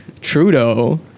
Trudeau